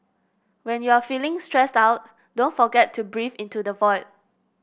when you are feeling stressed out don't forget to breathe into the void